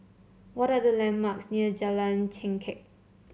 what are the landmarks near Jalan Chengkek